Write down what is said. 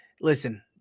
Listen